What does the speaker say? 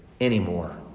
anymore